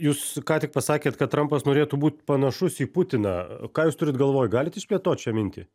jūs ką tik pasakėt kad trampas norėtų būt panašus į putiną ką jūs turit galvoj galit išplėtoti šią mintį